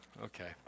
Okay